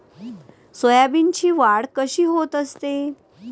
सोयाबीनची वाढ कशी होत असते?